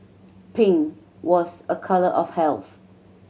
pink was a colour of health